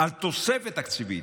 על תוספת תקציבית,